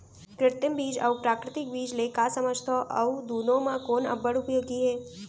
कृत्रिम बीज अऊ प्राकृतिक बीज ले का समझथो अऊ दुनो म कोन अब्बड़ उपयोगी हे?